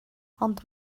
ond